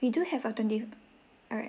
we do have a twenty alright